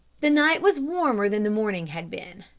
the night was warmer than the morning had been.